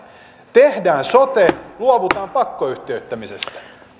tehdään sote luovutaan pakkoyhtiöittämisestä